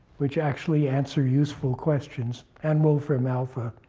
which actually answer useful questions, and wolframalpha